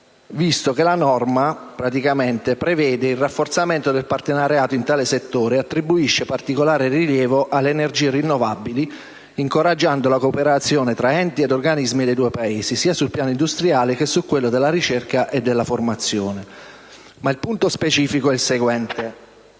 visto che la norma praticamente prevede il rafforzamento del partenariato in tale settore attribuisce particolare rilievo alle energie rinnovabili, incoraggiando la cooperazione tra enti ed organismi dei due Paesi, sia sul piano industriale su quello della ricerca e della formazione. Ma il punto specifico è il seguente: